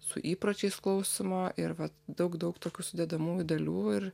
su įpročiais skausmo ir daug daug tokių sudedamųjų dalių ir